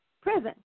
prison